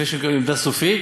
לפני שמקבלים עמדה סופית